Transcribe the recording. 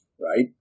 right